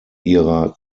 ihrer